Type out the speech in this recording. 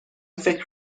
فکر